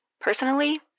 Personally